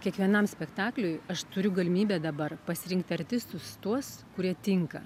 kiekvienam spektakliui aš turiu galimybę dabar pasirinkti artistus tuos kurie tinka